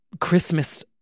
Christmas